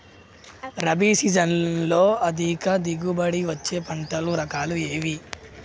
రబీ సీజన్లో అధిక దిగుబడి వచ్చే పంటల రకాలు ఏవి?